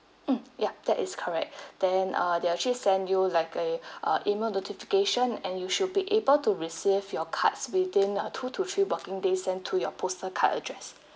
mm ya that is correct then uh they're actually send you like a uh email notification and you should be able to receive your cards within uh two to three working days send to your postal card address